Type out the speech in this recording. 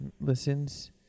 listens